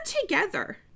together